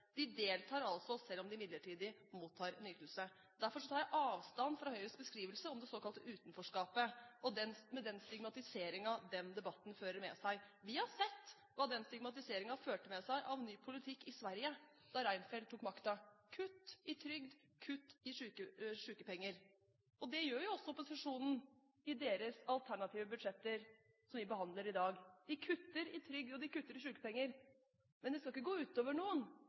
De deltar altså selv om de midlertidig mottar en ytelse. Derfor tar jeg avstand fra Høyres beskrivelse om det såkalte utenforskapet, med den stigmatiseringen den debatten fører med seg. Vi har sett hva den stigmatiseringen førte med seg av ny politikk i Sverige da Reinfeldt tok makten – kutt i trygd, kutt i sykepenger. Det gjør også opposisjonen i sine alternative budsjetter. De kutter i trygd, og de kutter i sykepenger, men det skal ikke gå ut over noen.